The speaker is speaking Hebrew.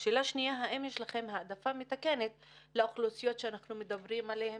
השאלה השנייה: האם יש לכם העדפה מתקנת לאוכלוסיות שאנחנו מדברים עליהן,